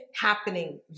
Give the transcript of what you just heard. happening